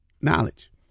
knowledge